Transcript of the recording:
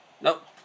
Nope